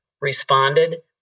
responded